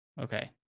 Okay